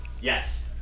Yes